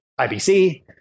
IBC